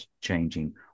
changing